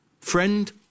friend